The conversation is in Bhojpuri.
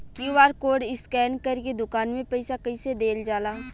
क्यू.आर कोड स्कैन करके दुकान में पईसा कइसे देल जाला?